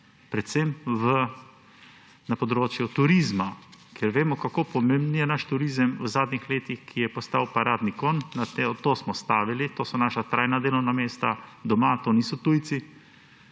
predvsem na področju turizma, ker vemo, kako pomemben je naš turizem v zadnjih letih, ki je postal paradni konj. Na to smo stavili, to so naša trajna delovna mesta doma. To niso tujci,